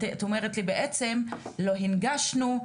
ואת אומרת לי בעצם לא הנגשנו,